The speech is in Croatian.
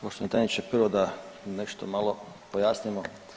Poštovani tajniče prvo da nešto malo pojasnimo.